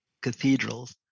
cathedrals